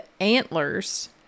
antlers